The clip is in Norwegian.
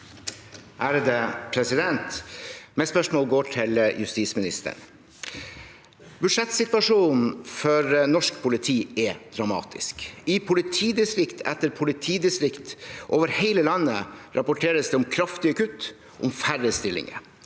Mitt spørs- mål går til justisministeren. Budsjettsituasjonen for norsk politi er dramatisk. I politidistrikt etter politidistrikt over hele landet rapporteres det om kraftige kutt og færre stillinger.